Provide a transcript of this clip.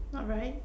alright